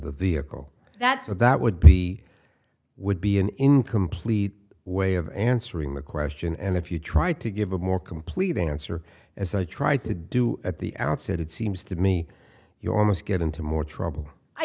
the vehicle that's what that would be would be an incomplete way of answering the question and if you try to give a more complete answer as i tried to do at the outset it seems to me you almost get into more trouble i